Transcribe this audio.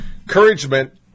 encouragement